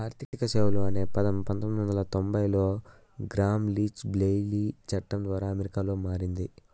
ఆర్థిక సేవలు అనే పదం పంతొమ్మిది వందల తొంభై సంవచ్చరంలో గ్రామ్ లీచ్ బ్లెయిలీ చట్టం ద్వారా అమెరికాలో మారింది